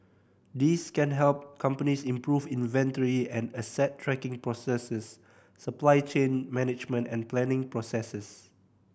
these can help companies improve inventory and asset tracking processes supply chain management and planning processes